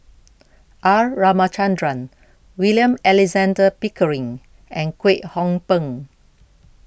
R Ramachandran William Alexander Pickering and Kwek Hong Png